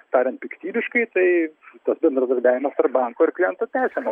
tariant piktybiškai tai tas bendradarbiavimas tarp banko ir kliento tęsiamas